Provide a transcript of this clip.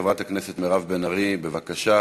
חברת הכנסת מירב בן ארי, בבקשה.